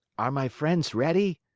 are my friends ready?